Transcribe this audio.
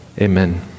amen